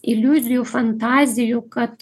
iliuzijų fantazijų kad